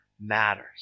matters